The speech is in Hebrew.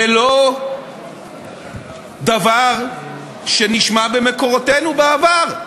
זה לא דבר שנשמע במקורותינו בעבר.